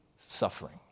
suffering